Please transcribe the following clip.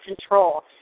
control